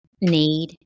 need